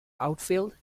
outfield